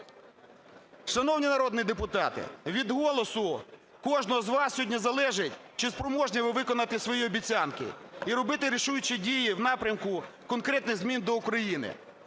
Шановні народні депутати, від голосу кожного з вас сьогодні залежить, чи спроможні ви виконати свої обіцянки і робити рішучі дії в напрямку конкретних змін до України.